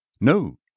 No